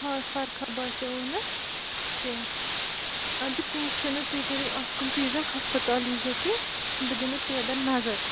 خاص فرقاہ باسٮ۪وٕ نہٕ کیٚنٛہہ اَدٕ کیٚنٛہہ چھُنہٕ تُہۍ کٔرِو اَکھ کٲم تُہۍ ییٖزیو ہَسپَتال ییٖزیو تُہۍ بہٕ دِمہٕ ٹیبَن نظر